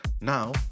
Now